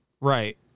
right